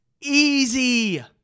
easy